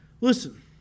Listen